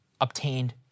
obtained